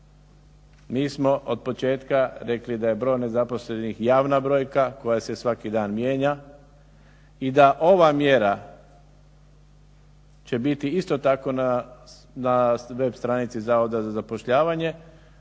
Mi smo od početka rekli da je broj nezaposlenih javna brojka koja se svaki dan mijenja i daće ova mjera biti isto tako na web stranici Zavoda za zapošljavanje